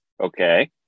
Okay